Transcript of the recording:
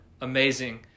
amazing